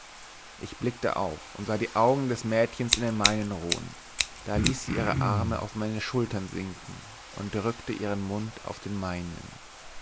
ich blickte auf und sah die augen des mädchens in den meinen ruhen da ließ sie ihre arme auf meine schultern sinken und drückte ihren mund auf den meinen